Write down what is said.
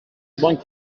بانک